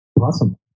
awesome